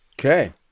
Okay